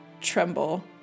tremble